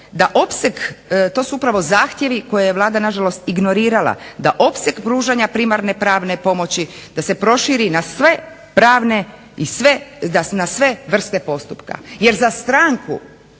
da opseg, to su upravo zahtjevi koje je Vlada na žalost ignorirala da opseg pružanja primarne pravne pomoći da se proširi na sve pravne i na sve vrste postupka. Jer za stranku,